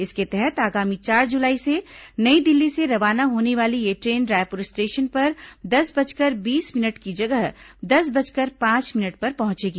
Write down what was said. इसके तहत आगामी चार जुलाई से नई दिल्ली से रवाना होने वाली यह ट्रेन रायपुर स्टेशन पर दस बजकर बीस मिनट की जगह दस बजकर पांच मिनट पर पहुंचेगी